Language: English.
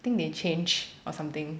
I think they change or something